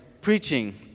preaching